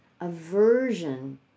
aversion